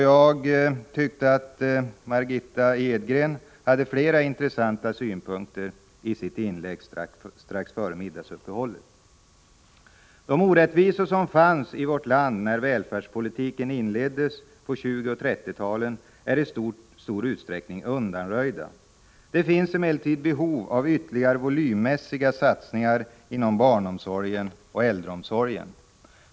Jag tyckte att Margitta Edgren hade flera intressanta synpunkter i sitt inlägg strax före middagsuppehållet. De orättvisor som fanns i vårt land när välfärdspolitiken inleddes på 1920 och 1930-talen är i stor utsträckning undanröjda. Det finns emellertid behov av ytterligare volymmässiga satsningar inom barnomsorgen och äldreomsorgen.